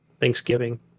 thanksgiving